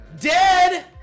DEAD